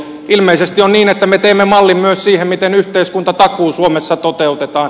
ilmeisesti on niin että me teemme mallin myös siihen miten yhteiskuntatakuu suomessa toteutetaan